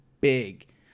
big